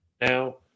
Now